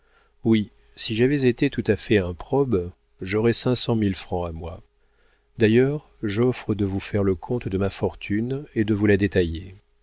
oui si j'avais été tout à fait improbe j'aurais cinq cent mille francs à moi d'ailleurs j'offre de vous faire le compte de ma fortune et de vous la détailler